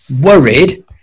worried